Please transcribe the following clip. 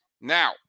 Now